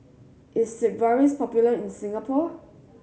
is Sigvaris popular in Singapore